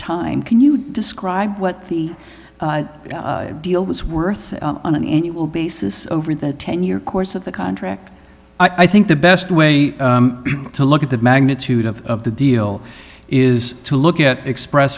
time can you describe what the deal was worth on an annual basis over the ten year course of the contract i think the best way to look at the magnitude of the deal is to look at express